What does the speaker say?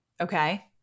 okay